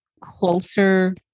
closer